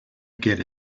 get